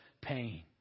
pain